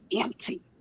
empty